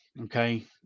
Okay